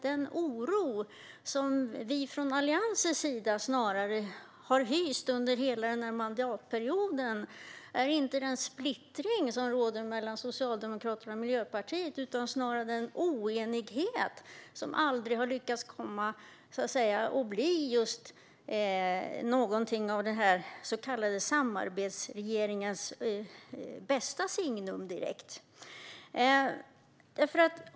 Den oro Alliansen har hyst under hela mandatperioden handlar inte om splittringen mellan Socialdemokraterna och Miljöpartiet utan om den oenighet som har blivit något av den så kallade samarbetsregeringens signum.